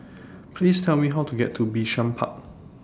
Please Tell Me How to get to Bishan Park